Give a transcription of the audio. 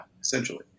essentially